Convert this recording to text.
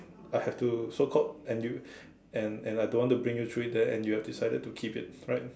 I have to so called and you and and I don't want to bring you through it there and you've decided to keep it right